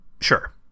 Sure